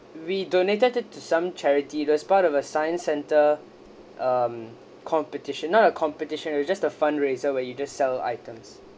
we donated it to some charity this was part of a science centre um competition not a competition you just a fundraiser where you just sell items